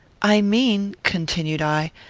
i mean, continued i,